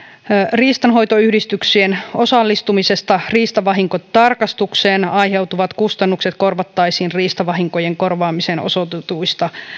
riistanhoitoyhdistyksien osallistumisesta riistavahinkotarkastukseen aiheutuvat kustannukset korvattaisiin riistavahinkojen korvaamiseen osoitetuista